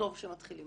וטוב שמתחילים